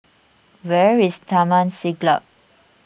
where is Taman Siglap